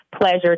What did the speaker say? pleasure